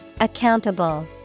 Accountable